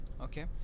Okay